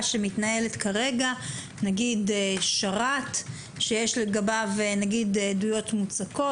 שמתנהלת כרגע שרת שיש לגביו עדויות מוצקות?